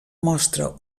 mostra